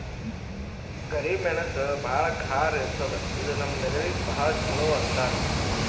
ಕರಿ ಮೆಣಸ್ ಭಾಳ್ ಖಾರ ಇರ್ತದ್ ಇದು ನಮ್ ಮೆದಳಿಗ್ ಭಾಳ್ ಛಲೋ ಅಂತಾರ್